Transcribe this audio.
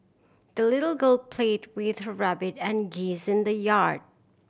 the little girl played with her rabbit and geese in the yard